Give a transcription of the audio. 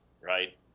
right